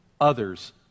others